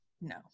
No